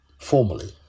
formally